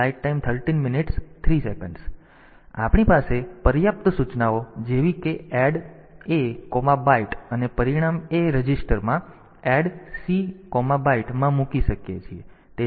તેથી આપણી પાસે પર્યાપ્ત સૂચનાઓ જેવી કે એડ Abyte અને પરિણામ A રજિસ્ટરમાં ADD Cbyte માં મૂકી શકીએ છીએ